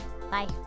Bye